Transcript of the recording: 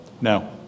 No